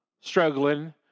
struggling